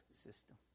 system